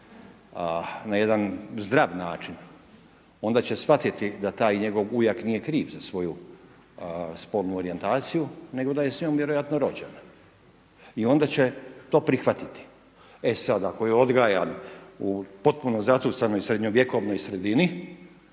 na jedan zdrav način, onda će shvatiti da taj njegov ujak nije kriv za svoju spolnu orijentaciju nego da je s njom vjerojatno rođen i onda će to prihvatiti. E sad, ako je odgajan u potpuno zatucanoj srednjovjekovnoj sredini